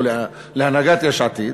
או להנהגת יש עתיד,